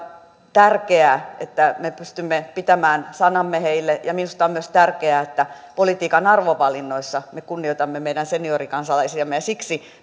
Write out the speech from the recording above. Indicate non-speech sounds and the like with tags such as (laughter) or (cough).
tärkeää että me pystymme pitämään sanamme heille minusta on myös tärkeää että politiikan arvovalinnoissa me kunnioitamme meidän seniorikansalaisiamme ja siksi (unintelligible)